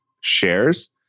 shares